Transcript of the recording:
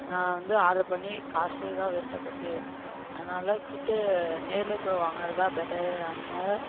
நான் வந்து ஆர்டர் பண்ணி காசுதான் வேஸ்ட்டாக போச்சு அதனால் கிட்டே நேரிலேயே போய் வாங்குறதுதான் பெட்டரு அந்த மாதிரி